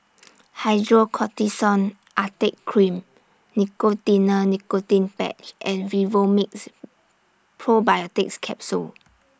Hydrocortisone Acetate Cream Nicotinell Nicotine Patch and Vivomixx Probiotics Capsule